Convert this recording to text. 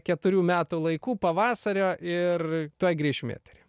keturių metų laikų pavasario ir tuoj grįšim į eterį